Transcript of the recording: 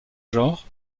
genre